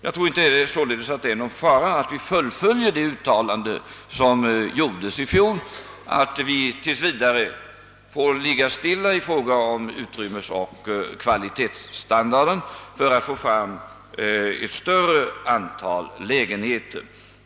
Jag tror inte att det är någon risk med att följa riksdagens uttalande i fjol och tills vidare låta utrymmesoch kvalitetsstandarden ligga stilla i syfte att få fram ett större antal lägenheter.